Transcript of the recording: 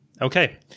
Okay